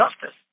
justice